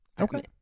Okay